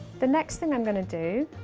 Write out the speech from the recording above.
the next thing i'm going to do,